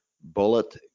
bullet